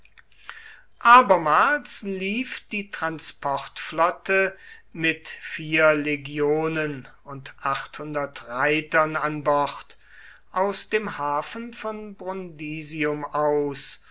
abermals lief die transportflotte mit vier legionen und reitern an bord aus dem hafen von brundisium aus